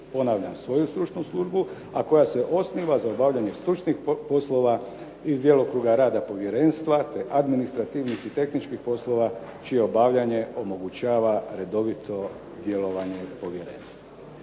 ponavljam svoju stručnu službu, a koja se osniva za obavljanje stručnih poslova iz djelokruga rada povjerenstva, te administrativnih i tehničkih poslova čije obavljanje omogućava redovito djelovanje povjerenstva.